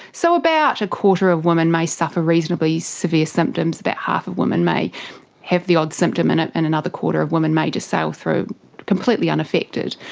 so about a quarter of women may suffer reasonably severe symptoms, about half of women may have the odd symptom and and another quarter of women may just sail so through completely unaffected.